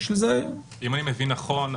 אם אני מבין נכון,